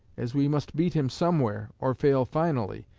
as we must beat him somewhere, or fail finally,